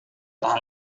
tahan